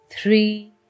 three